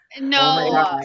No